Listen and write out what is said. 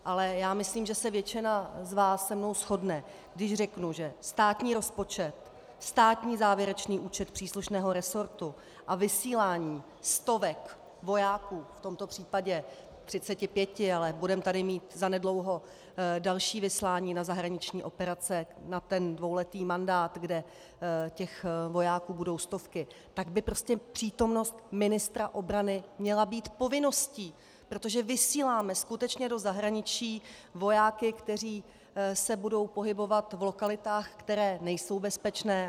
Ale já myslím, že se většina z vás se mnou shodne, když řeknu, že státní rozpočet, státní závěrečný účet příslušného rezortu a vysílání stovek vojáků v tomto případě 35, ale budeme mít tady zanedlouho další vyslání na zahraniční operace, na ten dvouletý mandát, kde vojáků budou stovky, tak by prostě přítomnost ministra obrany měla být povinností, protože vysíláme skutečně do zahraničí vojáky, kteří se budou pohybovat v lokalitách, které nejsou bezpečné.